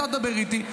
אתה תדבר איתי,